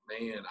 man